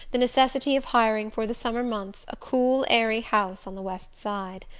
the necessity of hiring for the summer months a cool airy house on the west side.